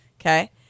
Okay